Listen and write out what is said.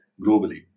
globally